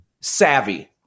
Savvy